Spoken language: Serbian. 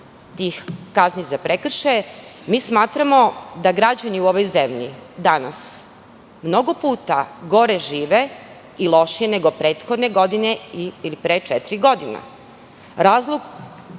tih kazni za prekršaje, mi smatramo da građani u ovoj zemlji, danas mnogo puta gore žive i lošije nego prethodne godine, ili pre četiri godine. Činjenica